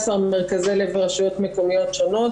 16 מרכזי לב ברשויות מקומיות שונות.